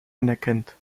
anerkennt